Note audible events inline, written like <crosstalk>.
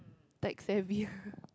tech savvy ah <laughs>